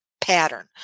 pattern